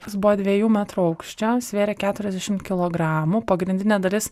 jis buvo dviejų metrų aukščio svėrė keturiasdešimt kilogramų pagrindinė dalis